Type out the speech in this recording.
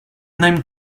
named